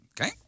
Okay